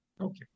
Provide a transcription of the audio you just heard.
Okay